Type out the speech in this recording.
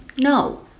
No